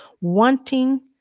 wanting